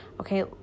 okay